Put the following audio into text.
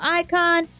icon